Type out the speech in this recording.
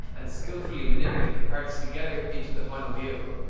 and skillfully manipulate the parts together into the final vehicle.